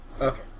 Okay